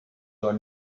your